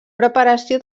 preparació